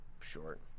short